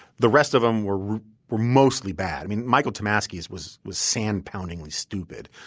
the rest of them were were mostly bad. i mean michael tomasky's was was sand-poundingly stupid.